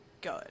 good